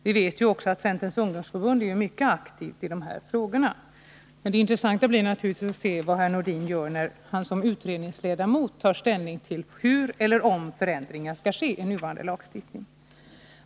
Vi vet också att centerns ungdomsförbund är mycket aktivt i de här frågorna. Det intressanta blir naturligtvis att se vad herr Nordin gör när han som utredningsledamot tar ställning till hur eller om förändringar skall ske i nuvarande lagstiftning.